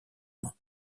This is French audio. main